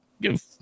give